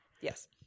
Yes